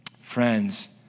Friends